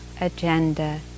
agenda